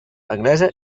anglesa